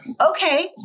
okay